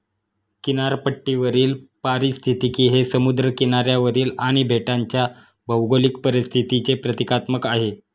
किनारपट्टीवरील पारिस्थितिकी हे समुद्र किनाऱ्यावरील आणि बेटांच्या भौगोलिक परिस्थितीचे प्रतीकात्मक आहे